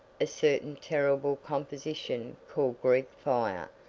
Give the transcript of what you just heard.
a certain terrible composition called greek fire,